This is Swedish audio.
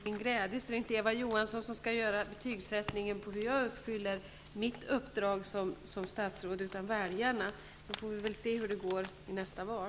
Fru talman! Till min glädje är det inte Eva Johansson som skall göra betygssättningen på hur jag fullgör mitt uppdrag som statsråd, utan det är väljarna. Så får vi väl se hur det går vid nästa val.